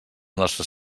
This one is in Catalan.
nostres